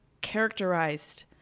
characterized